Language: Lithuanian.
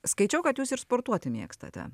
skaičiau kad jūs ir sportuoti mėgstate